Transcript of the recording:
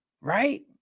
right